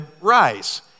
rise